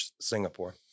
Singapore